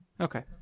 Okay